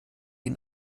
ihn